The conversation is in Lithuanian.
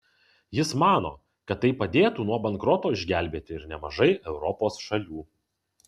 jis mano kad tai padėtų nuo bankroto išgelbėti ir nemažai europos šalių